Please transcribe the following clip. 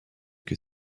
que